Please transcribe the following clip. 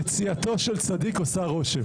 יציאתו של צדיק עושה רושם.